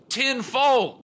tenfold